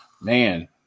man